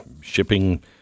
shipping